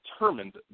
determined